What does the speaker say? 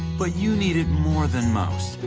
but you need it more than most,